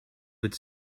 would